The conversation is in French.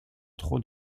trop